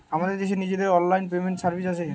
আমাদের দেশের নিজেদের অনলাইন পেমেন্ট সার্ভিস আছে